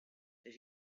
that